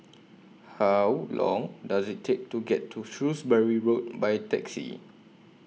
How Long Does IT Take to get to Shrewsbury Road By Taxi